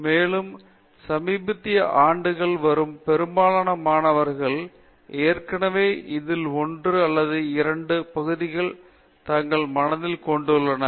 மேலும் சமீபத்திய ஆண்டுகளில் வரும் பெரும்பாலான மாணவர்கள் ஏற்கனவே இதில் ஒன்று அல்லது இரண்டு பகுதிகளில் தங்கள் மனதில் கொண்டுள்ளனர்